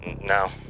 No